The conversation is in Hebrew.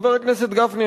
חבר הכנסת גפני,